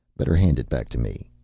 better hand it back to me.